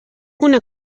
una